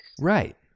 Right